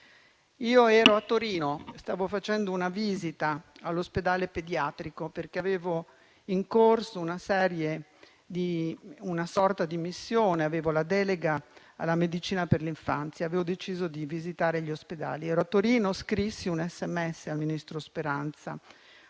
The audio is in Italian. Io ero a Torino, stavo facendo una visita all'ospedale pediatrico, perché avevo in corso una sorta di missione: avevo la delega alla medicina per l'infanzia e avevo deciso di visitare gli ospedali. Ero a Torino, scrissi un messaggio sms al ministro Speranza,